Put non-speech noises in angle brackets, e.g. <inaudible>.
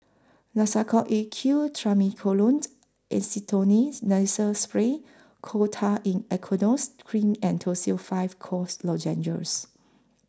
Nasacort A Q Triamcinolone <unintelligible> Acetonide Nasal Spray Coal Tar in Aqueous Cream and Tussils five Cough Lozenges